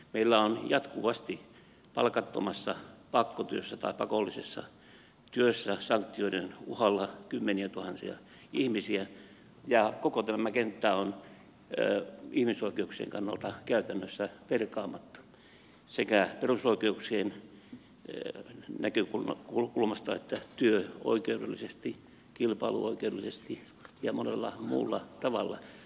meillä on jatkuvasti palkattomassa pakkotyössä tai pakollisessa työssä sanktioiden uhalla kymmeniätuhansia ihmisiä ja koko tämä kenttä on ihmisoikeuksien kannalta käytännössä perkaamatta sekä perusoikeuksien näkökulmasta että työoikeudellisesti kilpailuoikeudellisesti ja monella muulla tavalla